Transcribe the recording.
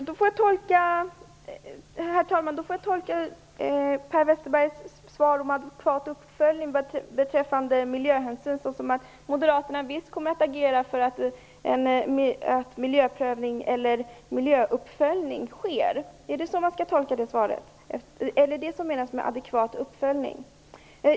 Herr talman! Jag tolkar Per Westerbergs svar om adekvat uppföljning beträffande miljöhänsyn som att Moderaterna visst kommer att agera för att en miljöuppföljning kommer att ske. Är det så man skall tolka svaret? Är det vad som menas med adekvat uppföljning?